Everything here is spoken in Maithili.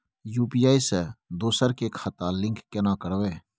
यु.पी.आई से दोसर के खाता लिंक केना करबे?